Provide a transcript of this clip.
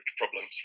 problems